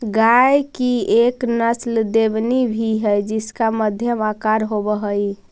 गाय की एक नस्ल देवनी भी है जिसका मध्यम आकार होवअ हई